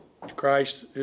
Christ